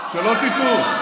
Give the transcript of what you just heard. שלא תטעו,